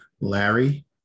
Larry